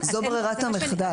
זו ברירת המחדל.